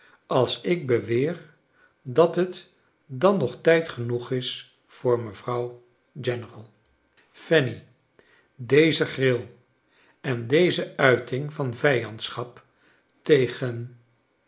als ik beweer dat het dan nog tijd genoeg is voor mevrouw general fanny deze gril en deze uiting van vijandschap tegen